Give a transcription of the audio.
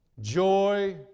joy